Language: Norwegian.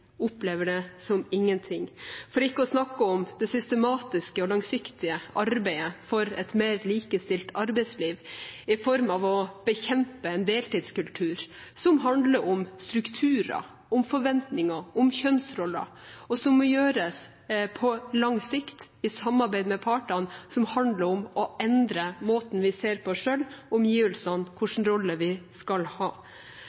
opplever det som ingenting. For ikke å snakke om det systematiske og langsiktige arbeidet for et mer likestilt arbeidsliv i form av å bekjempe en deltidskultur som handler om strukturer, om forventninger, om kjønnsroller, og som må gjøres på lang sikt i samarbeid med partene, som handler om å endre måten vi ser på oss selv på, på omgivelsene